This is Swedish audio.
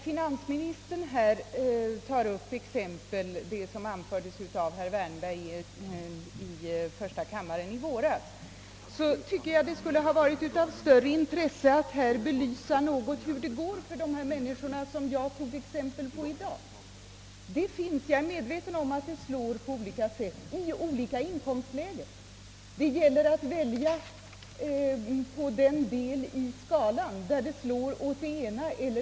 Finansministern tog i detta sammanhang upp exempel som anfördes av herr Wärnberg i första kammaren i våras. Jag tycker att det skulle ha varit av större intresse att något belysa hur det går för de människor jag har nämnt i dag. Jag är medveten om att det slår på olika sätt i olika inkomstlägen. Man kan därför välja en sådan del av skalan, som ger utslag åt ett visst håll.